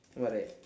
am I right